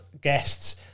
guests